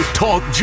talk